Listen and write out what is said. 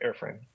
airframe